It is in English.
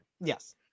Yes